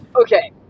Okay